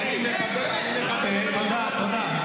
מאיר, אני אגיד לך משהו -- בכמה רבנים מדובר?